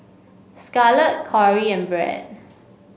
Scarlet Corey and Brad